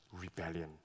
rebellion